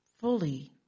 fully